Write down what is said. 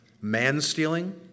man-stealing